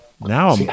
Now